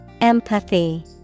Empathy